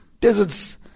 deserts